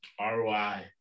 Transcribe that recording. ROI